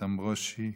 איתן ברושי,